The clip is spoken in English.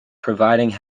providing